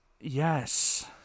Yes